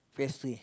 p_s_p